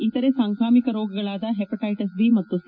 ಇತರೆ ಸಾಂಕ್ರಾಮಿಕ ರೋಗಗಳಾದ ಪ್ಯೆಷಟಿಟ್ ಬಿ ಮತ್ತು ಸಿ